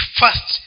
first